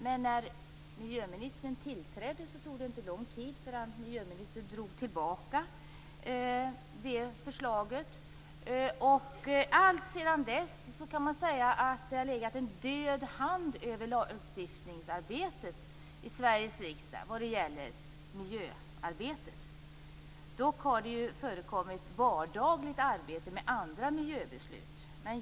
Men när miljöministern tillträdde tog det inte lång stund förrän miljöministern drog tillbaka det förslaget, och alltsedan dess har det legat en död hand över lagstiftningsarbetet i Sveriges riksdag vad gäller miljöarbetet. Dock har det förekommit vardagligt arbete med andra miljöbeslut.